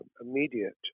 immediate